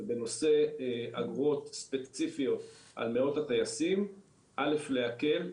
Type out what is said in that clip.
בנושא אגרות ספציפיות על מאות הטייסים א' להקל,